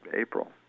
April